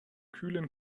kühlen